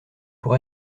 pour